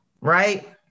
right